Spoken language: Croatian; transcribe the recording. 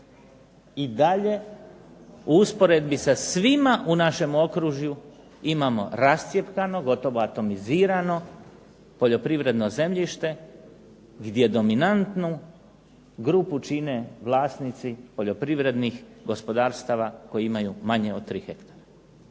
I dalje u usporedbi sa svima u našem okružju imamo rascjepkano, gotovo atomizirano poljoprivredno zemljište gdje dominantnu grupu čine vlasnici poljoprivrednih gospodarstava koji imaju manje od 3ha.